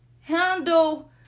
Handle